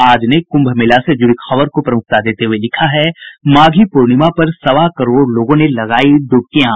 आज ने कुम्भ मेला से जुड़ी खबर को प्रमुखता देते हुये लिखा है माधी पूर्णिमा पर सवा करोड़ लोगों ने लगायी डुबकियां